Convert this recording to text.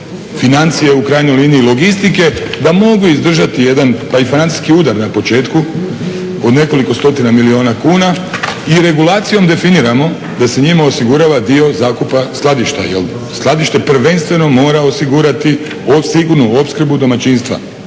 financije u krajnjoj liniji logistike da mogu izdržati jedan pa i francuski udar na početku od nekoliko stotina milijuna kuna i regulacijom definiramo da se njima osigurava dio zakupa skladišta. Jer skladište prvenstveno mora osigurati sigurnu opskrbu domaćinstva.